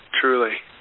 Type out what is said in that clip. truly